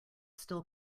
still